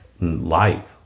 life